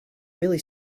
really